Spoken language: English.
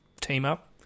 team-up